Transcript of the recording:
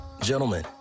Gentlemen